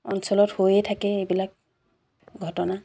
অঞ্চলত হৈয়ে থাকে এইবিলাক ঘটনা